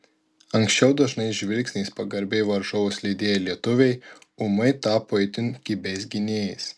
anksčiau dažnai žvilgsniais pagarbiai varžovus lydėję lietuviai ūmai tapo itin kibiais gynėjais